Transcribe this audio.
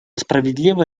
справедливо